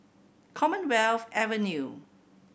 Commonwealth Avenue